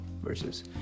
versus